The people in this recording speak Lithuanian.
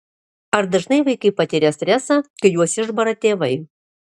ar dažnai vaikai patiria stresą kai juos išbara tėvai